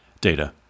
Data